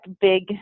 big